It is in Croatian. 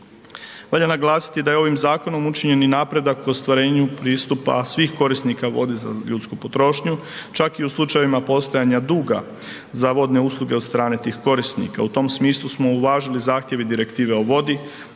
Valja naglasiti da je ovim zakonom učinjen i napredak k ostvarenju pristupa svih korisnika vode za ljudsku potrošnju, čak i u slučajevima postojanja duga za vodne usluge od strane tih korisnika. U tom smislu smo uvažili zahtjev i direktive o vodi